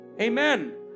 Amen